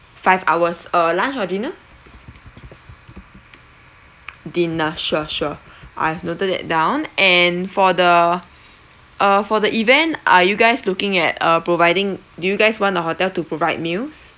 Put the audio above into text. five hours uh lunch or dinner dinner sure sure I've noted that down and for the uh for the event are you guys looking at uh providing do you guys want the hotel to provide meals